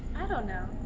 i don't know,